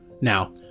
Now